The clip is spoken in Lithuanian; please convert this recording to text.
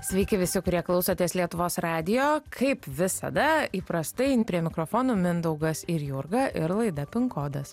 sveiki visi kurie klausotės lietuvos radijo kaip visada įprastai prie mikrofonų mindaugas ir jurga ir laida pin kodas